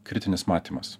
kritinis matymas